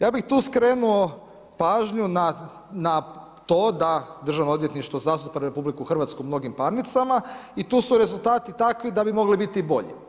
Ja bih tu skrenuo pažnju na to da državno odvjetništvo zastupa RH u mnogim parnicama i tu su rezultati takvi da bi mogli biti bolji.